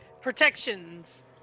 protections